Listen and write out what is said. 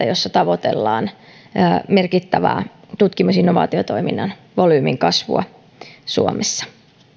jossa tavoitellaan merkittävää tutkimus ja innovaatiotoiminnan volyymin kasvua suomessa